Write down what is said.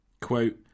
Quote